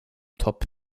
top